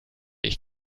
ich